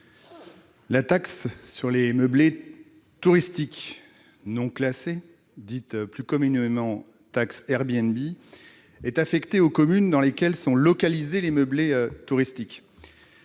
La taxe sur les meublés touristiques non classés appelée plus communément « taxe Airbnb » est affectée aux communes dans lesquelles sont localisés les meublés touristiques.